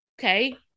Okay